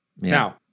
now